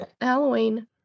Halloween